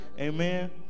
Amen